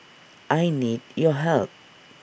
I need your help